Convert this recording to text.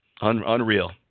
Unreal